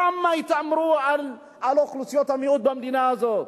כמה התעמרו באוכלוסיות המיעוט במדינה הזאת?